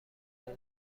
معنا